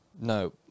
No